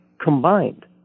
combined